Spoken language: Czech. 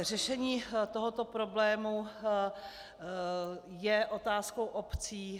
Řešení tohoto problému je otázkou obcí.